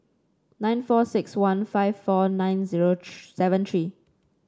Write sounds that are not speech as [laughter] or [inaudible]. nine four six one five four nine zero [unintelligible] seven three